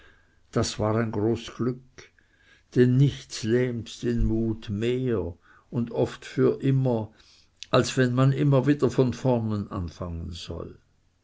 das war ein groß glück denn nichts lähmt den mut mehr und oft für immer als wenn man wieder von vornen anfangen soll